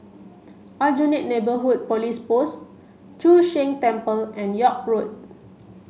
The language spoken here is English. Aljunied Neighbourhood Police Post Chu Sheng Temple and York Road